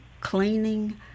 cleaning